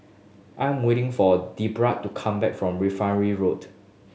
I'm waiting for Debrah to come back from Refinery Road